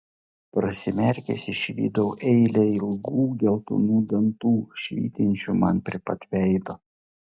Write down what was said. prasimerkęs išvydau eilę ilgų geltonų dantų švytinčių man prie pat veido